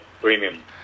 premium